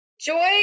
joy